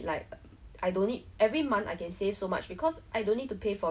!wah! I wanted to do it like this year or next year man but because of the